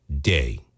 day